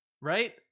right